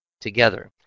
together